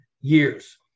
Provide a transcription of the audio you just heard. years